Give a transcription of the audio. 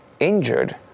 injured